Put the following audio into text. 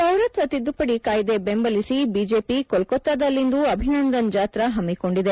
ಪೌರತ್ವ ತಿದ್ದುಪದಿ ಕಾಯ್ದೆ ಬೆಂಬಲಿಸಿ ಬಿಜೆಪಿ ಕೋಲ್ಕೊತಾದಲ್ಲಿಂದು ಅಭಿನಂದನ್ ಜಾತ್ರಾ ಹಮ್ಮಿಕೊಂಡಿದೆ